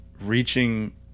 reaching